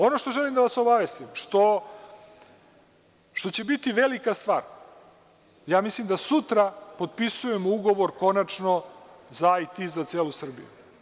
Ono što želim da vas obavestim, a što će biti velika stvar, ja mislim da sutra potpisujemo ugovor konačno za IT za celu Srbiju.